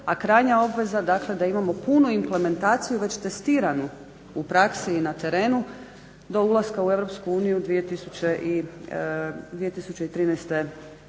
a krajnja obveza dakle da imamo punu implementaciju već testiranu u praksi i na terenu do ulaska u EU 2013.godine.